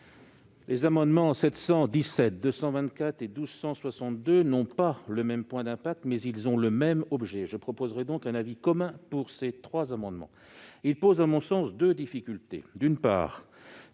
les amendements identiques n 224 et 1262 n'ont pas le même point d'impact, mais ils ont le même objet. Je proposerai donc un avis commun pour ces trois amendements. Leurs dispositions posent, à mon sens, deux difficultés.